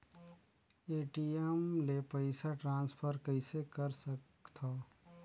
ATM ले पईसा transfer कइसे कर सकथव?